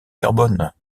carbone